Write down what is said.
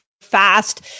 fast